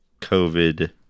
COVID